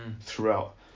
throughout